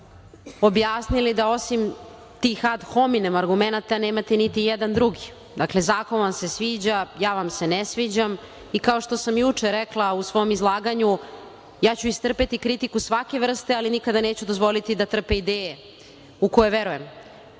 objasnili da osim tih ad homine argumenata nemate niti jedan drugi. Dakle, zakon vam se sviđa, ja vam se ne sviđam i kao što sam juče rekla u svom izlaganju, istrpeću kritiku svake vrste, ali nikada neću dozvoliti da trpe ideje u koje veruje. Inače,